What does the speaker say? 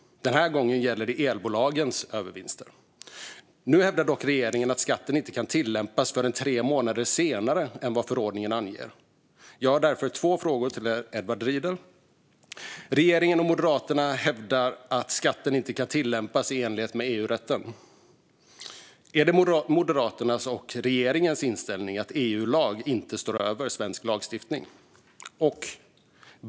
Den här gången gäller det elbolagens övervinster. Nu hävdar dock regeringen att skatten inte kan tillämpas förrän tre månader senare än vad förordningen anger. Jag har därför två frågor till Edward Riedl. Regeringen och Moderaterna hävdar att skatten inte kan tillämpas i enlighet med EU-rätten. Är det Moderaternas och regeringens inställning att EU-lag inte står över svensk lagstiftning?